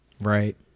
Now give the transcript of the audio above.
Right